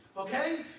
Okay